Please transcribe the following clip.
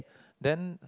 then